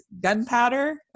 gunpowder